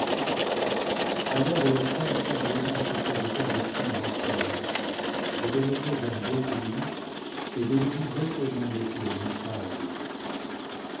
alors holoferne ordonna à ses serviteurs de prendre aehior de le mener vers béthulie et de lé livrer aux mains des fils d'israël